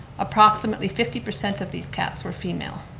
approximately fifty percent of these cats were female.